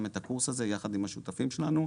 את הקורס הזה יחד עם השותפים שלנו.